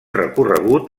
recorregut